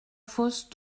fosse